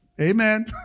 Amen